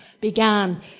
began